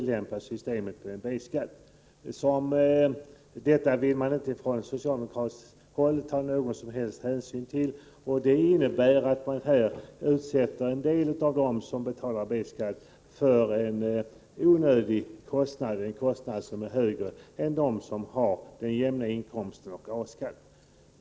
Detta vill man inte från socialdemokratiskt håll ta någon som helst hänsyn till, och det innebär att man här utsätter en del av dem som betalar B-skatt för en onödig kostnad — en kostnad som är högre än motsvarande kostnad för dem som har jämna inkomster och A-skatt.